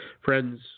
Friends